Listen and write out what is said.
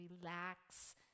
relax